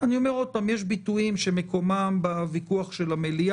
אני אומר עוד פעם: יש ביטויים שמקומם בוויכוח של המליאה.